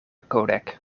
codec